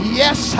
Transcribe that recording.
yes